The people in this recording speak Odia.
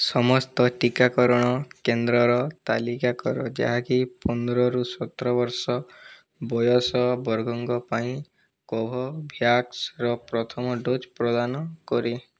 ସମସ୍ତ ଟିକାକରଣ କେନ୍ଦ୍ରର ତାଲିକା କର ଯାହାକି ପନ୍ଦରରୁ ସତର ବର୍ଷ ବୟସ ବର୍ଗଙ୍କ ପାଇଁ କୋଭୋଭ୍ୟାକ୍ସର ପ୍ରଥମ ଡୋଜ୍ ପ୍ରଦାନ କରେ